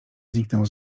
zniknęło